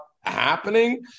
happening